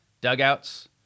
dugouts